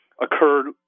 occurred